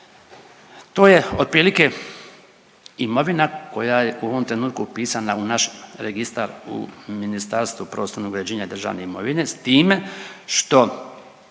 To je otprilike imovina koja je u ovom trenutku upisana u naš registar u Ministarstvu prostornog uređenja i državne imovine s time što